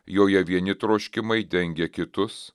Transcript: joje vieni troškimai dengia kitus